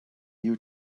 you